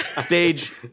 Stage